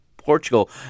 Portugal